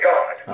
God